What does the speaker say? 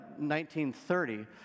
1930